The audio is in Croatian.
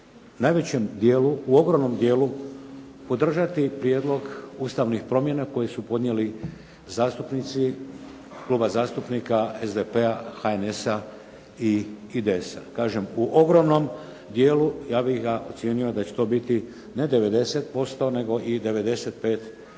najvećem dijelu u ogromnom dijelu podržati prijedlog ustavnih promjena koje su podnijeli zastupnici Kluba zastupnika SDP-a, HNS-a i IDS-a. kažem u ogromnom dijelu. Ja bih ga ocijenio da će to biti ne 90%, nego i 95%